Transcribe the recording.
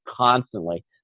constantly